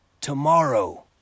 tomorrow